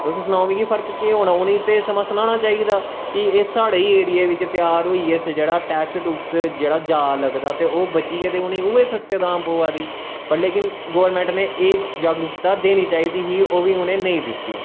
तुस सनाओ कि फर्क केह् होना उ'नेंगी ते महां सनाना चाहिदा कि एह् साढ़े ही एरीये बिच्च त्यार होइये जेह्ड़ा टैक्स टूक्स जेह्ड़ा जैदा लगदा ते ओह् बचियै उनेंगी सस्ते धाम पर पवा दी लेकिन गोर्मेंट ने एह् जागरूकता देनी चाहिदी ओह् बी उ'नें नेई दित्ती